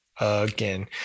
again